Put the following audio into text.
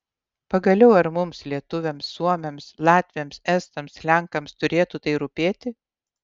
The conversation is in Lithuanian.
pagaliau ar mums lietuviams suomiams latviams estams lenkams turėtų tai rūpėti